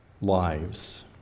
lives